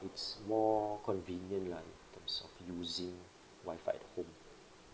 it's more convenient lah in terms of using Wi-Fi at home